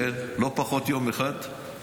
כן, לא פחות יום אחד.